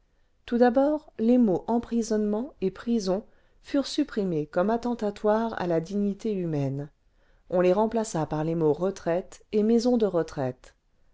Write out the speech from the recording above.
tout d'abord les mots emprisonnement et prison furent supprimés la salle des pas perdus au palais de justice comme attentatoires à la dignité humaine on les remplaça par les mots retraite et maisons de retraite